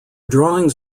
drawings